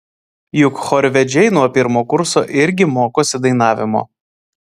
juk chorvedžiai nuo pirmo kurso irgi mokosi dainavimo